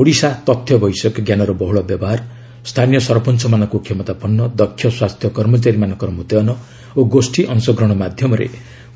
ଓଡ଼ିଶା ତଥ୍ୟ ବୈଷୟିକ ଜ୍ଞାନର ବହୁଳ ବ୍ୟବହାର ସ୍ଥାନୀୟ ସରପଞ୍ଚମାନଙ୍କୁ କ୍ଷମତାପନ୍ନ ଦକ୍ଷ ସ୍ୱାସ୍ଥ୍ୟ କର୍ମୀମାନଙ୍କ ମୁତୟନ ଓ ଗୋଷ୍ଠୀ ଅଂଶଗ୍ରହଣ ମାଧ୍ୟମରେ